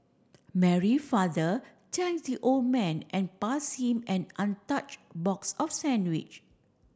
Mary father thank the old man and passed him an untouched box of sandwich